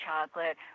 chocolate